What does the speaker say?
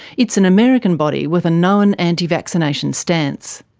it's an american body with a known anti-vaccination stance.